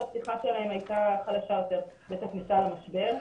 שעמדת הפתיחה שלהם הייתה חלשה יותר בעת הכניסה למשבר,